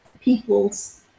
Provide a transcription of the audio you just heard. peoples